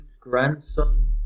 grandson